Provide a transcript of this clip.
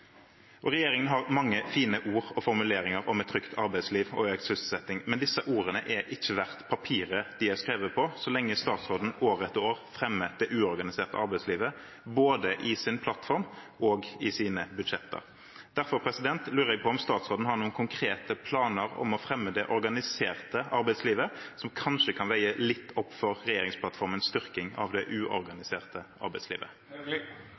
Regjeringen har mange fine ord og formuleringer om et trygt arbeidsliv og økt sysselsetting. Men disse ordene er ikke verdt papiret de er skrevet på, så lenge statsråden år etter år fremmer det uorganiserte arbeidslivet, både i sin plattform og i sine budsjetter. Derfor lurer jeg på: Har statsråden noen konkrete planer om å fremme det organiserte arbeidslivet, som kanskje kan veie litt opp for regjeringsplattformens styrking av det